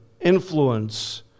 influence